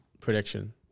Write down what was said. prediction